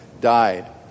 died